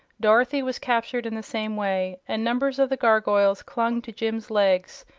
dorothy was captured in the same way, and numbers of the gargoyles clung to jim's legs,